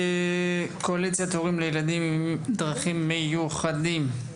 קואליציית הורים לילדים עם צרכים מיוחדים.